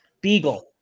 Beagle